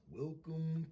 welcome